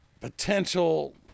potential